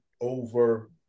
over